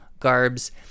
garbs